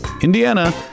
Indiana